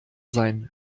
sein